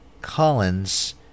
Collins